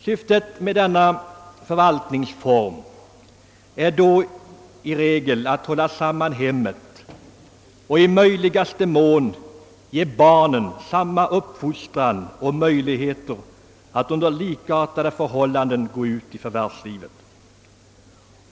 Syftet med denna förvaltningsform är då i regel att hålla samman hemmet och i möjligaste mån ge barnen samma uppfostran och möjligheter att under likartade förhållanden gå ut i förvärvslivet.